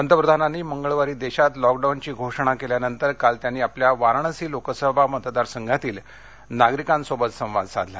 पंतप्रधानांनी मंगळवारी देशात लॉकडाऊनची घोषणा केल्यानंतर काल त्यांनी आपल्या वाराणसी लोकसभा मतदारसंघातील नागरिकांशी संवाद साधला